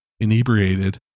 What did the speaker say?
inebriated